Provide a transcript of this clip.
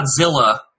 Godzilla